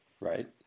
Right